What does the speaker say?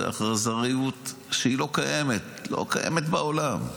זאת אכזריות שהיא לא קיימת, לא קיימת בעולם.